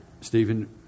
Stephen